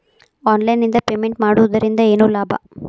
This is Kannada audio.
ಆನ್ಲೈನ್ ನಿಂದ ಪೇಮೆಂಟ್ ಮಾಡುವುದರಿಂದ ಏನು ಲಾಭ?